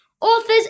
authors